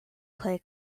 clay